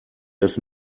das